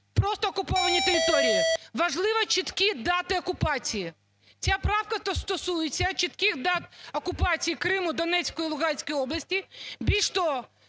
просто "окуповані території", важливо чіткі дати окупації. Ця правка стосується чітких дат окупації Криму, Донецької і Луганської області. Більш того,